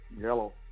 Yellow